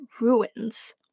ruins